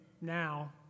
now